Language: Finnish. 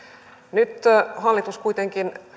nyt hallitus kuitenkin